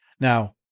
now